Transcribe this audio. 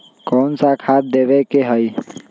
कोन सा खाद देवे के हई?